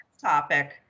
topic